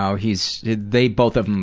yeah he's they, both of them,